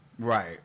Right